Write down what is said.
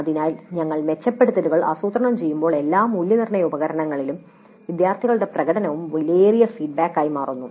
അതിനാൽ ഞങ്ങൾ മെച്ചപ്പെടുത്തലുകൾ ആസൂത്രണം ചെയ്യുമ്പോൾ എല്ലാ മൂല്യനിർണ്ണയ ഉപകരണങ്ങളിലെയും വിദ്യാർത്ഥികളുടെ പ്രകടനവും വിലയേറിയ ഫീഡ്ബാക്കായി മാറുന്നു